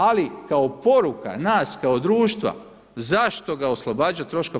Ali kao poruka nas kao društva zašto ga oslobađati troška.